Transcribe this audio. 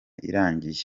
irangiye